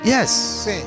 Yes